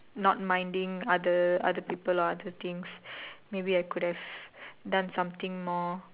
not minding other other people or other things maybe I could have done something more